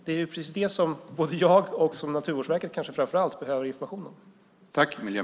Det är det som både jag och kanske framför allt Naturvårdsverket behöver information om.